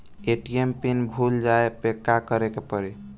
ATM PIN भूल जाए पे का करे के पड़ी?